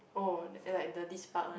oh and like the this part one